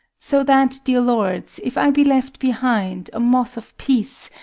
so that, dear lords, if i be left behind, a moth of peace,